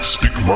Speak